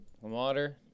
water